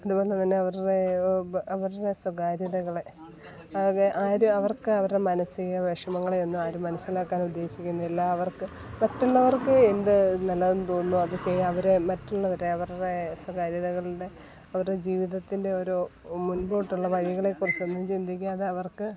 അതുപോലെ തന്നെ അവരുടെ അവരുടെ സ്വകാര്യതകളെ ആകെ ആരും അവർക്ക് അവരുടെ മാനസിക വിഷമങ്ങളെയൊന്നും ആരും മനസിലാക്കാൻ ഉദ്ദേശിക്കുന്നില്ല അവർക്ക് മറ്റുള്ളവർക്ക് എന്ത് നല്ലതെന്ന് തോന്നുന്നോ അത് ചെയ്യാൻ അവരെ മറ്റുള്ളവരെ അവരുടെ സ്വകാര്യതകളുടെ അവരെ ജീവിതത്തിൻ്റെ ഓരോ മുൻപോട്ടുള്ള വഴികളെ കുറിച്ചൊന്നും ചിന്തിക്കാതെ അവർക്ക്